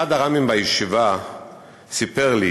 אחד הר"מים בישיבה סיפר לי